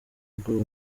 ubwoba